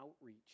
outreach